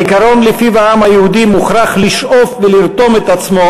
העיקרון שלפיו העם היהודי מוכרח לשאוף ולרתום את עצמו